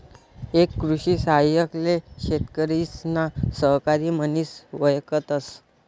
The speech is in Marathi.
एक कृषि सहाय्यक ले शेतकरिसना सहकारी म्हनिस वयकतस